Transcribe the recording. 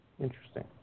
Interesting